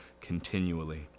continually